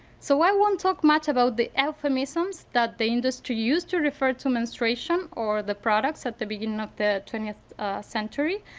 so i won't talk much about the euphemisms that the industry used to refer to menstruation or the products at the beginning of the twentieth century.